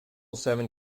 seven